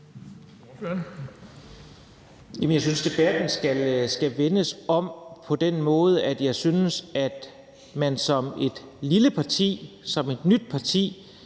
Jeg synes, at debatten skal vendes om. Jeg synes, at man som et lille parti, som et nyt parti,